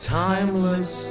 timeless